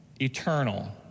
eternal